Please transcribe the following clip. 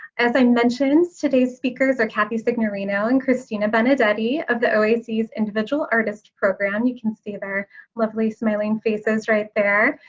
as i mentioned, today's speakers are kathy signorino and cristina benedetti of the oac's individual artist program. you can see their lovely smiling faces right there.